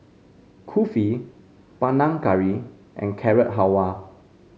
Kulfi Panang Curry and Carrot Halwa